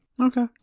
Okay